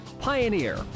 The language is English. Pioneer